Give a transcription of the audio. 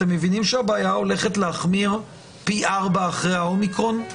אתם מבינים שהבעיה הולכת להחמיר פי ארבע אחרי האומיקרון?